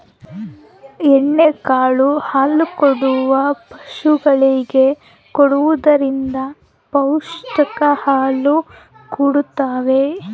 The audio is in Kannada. ಎಣ್ಣೆ ಕಾಳು ಹಾಲುಕೊಡುವ ಪಶುಗಳಿಗೆ ಕೊಡುವುದರಿಂದ ಪೌಷ್ಟಿಕ ಹಾಲು ಕೊಡತಾವ